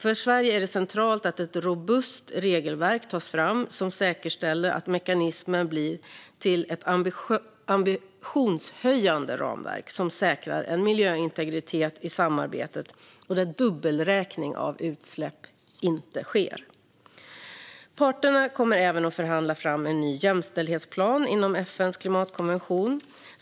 För Sverige är det centralt att ett robust regelverk tas fram som säkerställer att mekanismen blir till ett ambitionshöjande ramverk som säkrar en miljöintegritet i samarbetet och där dubbelräkning av utsläpp inte sker. Parterna kommer även att förhandla fram en ny jämställdhetsplan inom FN:s klimatkonvention.